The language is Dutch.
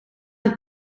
een